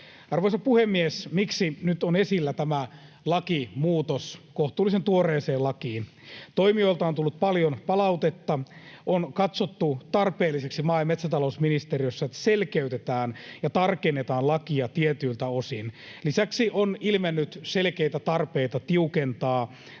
Arvoisa puhemies! Miksi nyt on esillä tämä lakimuutos kohtuullisen tuoreeseen lakiin? Toimijoilta on tullut paljon palautetta. On katsottu tarpeelliseksi maa- ja metsätalousministeriössä, että selkeytetään ja tarkennetaan lakia tietyiltä osin. Lisäksi on ilmennyt selkeitä tarpeita tiukentaa